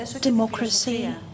democracy